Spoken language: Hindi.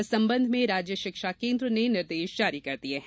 इस संबंध में राज्य शिक्षा केन्द्र ने निर्देश जारी कर दिये हैं